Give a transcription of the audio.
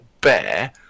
bear